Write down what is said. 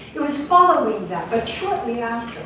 it was following that. but shortly ah